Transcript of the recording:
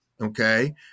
okay